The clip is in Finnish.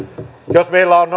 jos